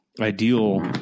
ideal